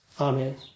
Amen